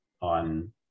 on